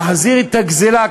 להחזיר את הגזלה.